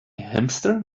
hamster